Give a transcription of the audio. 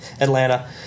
Atlanta